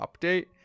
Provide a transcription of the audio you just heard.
update